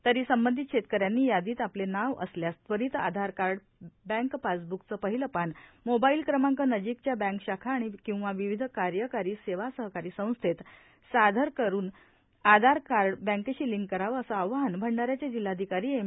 तरी संबंधित शेतकऱ्यांनी यादीत आपले नाव असल्यास त्वरीत आधार काई बँक पासबकचे पहिले पान मोबाईल क्रमांक नजिकच्या बँक शाखा किंवा विविध कार्यकारी सेवा सहकारी संस्थेत सादर करुन आधार कार्ड बॅंकेशी लिंक करावे असे आवाहन भंडाऱ्याचे जिल्हाधिकारी एम